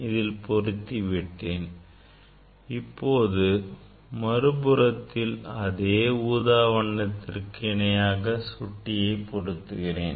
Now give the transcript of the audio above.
இதில் பொறுத்து விட்டேன் இப்போது மறுபுறத்தில் அதே ஊதா வண்ணத்திற்கு இணையாக சுட்டியை பொருத்துகிறேன்